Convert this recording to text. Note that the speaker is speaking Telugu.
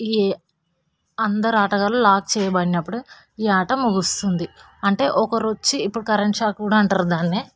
ఈ అందరు ఆటగాళ్ళు లాక్ చేయబడినప్పుడు ఈ ఆట ముగుస్తుంది అంటే ఒకరు వచ్చి ఇప్పుడు కరెంట్ షాక్ కూడా అంటారు దాన్నే